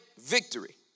victory